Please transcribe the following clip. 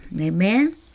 Amen